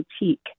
Boutique